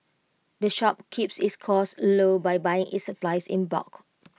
the shop keeps its costs low by buying its supplies in bulk